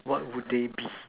what would they be